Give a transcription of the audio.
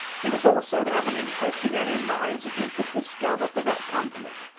he was also to have an interest in any mines that he should discover for that company.